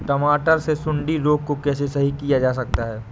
टमाटर से सुंडी रोग को कैसे सही किया जा सकता है?